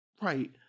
right